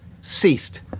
ceased